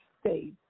States